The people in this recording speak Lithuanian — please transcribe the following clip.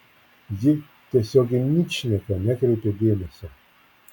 ji tiesiog į ničnieką nekreipė dėmesio